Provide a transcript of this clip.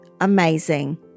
amazing